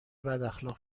بداخلاق